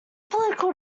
political